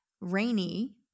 rainy